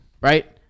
right